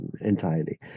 entirely